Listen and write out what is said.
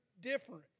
different